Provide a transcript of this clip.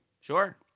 Sure